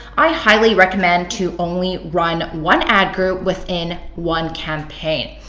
i highly recommend to only run one ad group within one campaign.